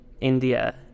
India